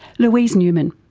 louise newman.